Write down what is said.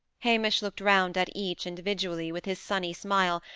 hamish looked round at each, individually, with his sunny smile,